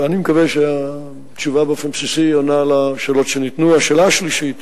מתוכניות הממשלה שקיימות ומבוצעות